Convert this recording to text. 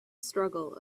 struggle